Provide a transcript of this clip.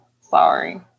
sorry